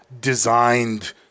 designed